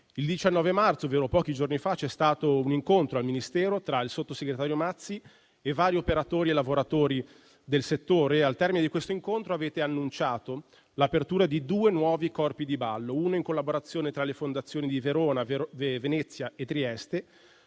Il 19 marzo, ovvero pochi giorni fa, c'è stato un incontro al Ministero tra il sottosegretario Mazzi e vari operatori e lavoratori del settore. Al termine di questo incontro avete annunciato l'apertura di due nuovi corpi di ballo, uno in collaborazione tra le fondazioni di Verona, Venezia e Trieste,